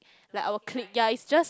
like our clique ya it's just